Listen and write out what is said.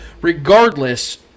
regardless